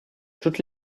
toutes